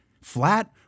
flat